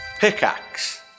pickaxe